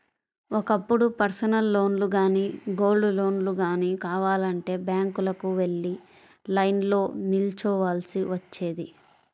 ఒకప్పుడు పర్సనల్ లోన్లు గానీ, గోల్డ్ లోన్లు గానీ కావాలంటే బ్యాంకులకు వెళ్లి లైన్లో నిల్చోవాల్సి వచ్చేది